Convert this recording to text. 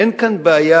אין כאן בעיה,